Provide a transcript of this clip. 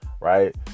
right